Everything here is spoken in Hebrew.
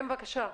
כן, בבקשה.